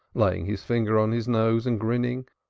laying his finger on his nose and grinning.